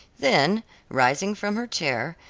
then rising from her chair,